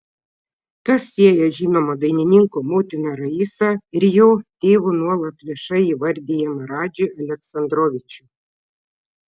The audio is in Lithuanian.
kas sieja žinomo dainininko motiną raisą ir jo tėvu nuolat viešai įvardijamą radžį aleksandrovičių